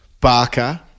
Barker